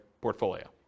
portfolio